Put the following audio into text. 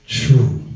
true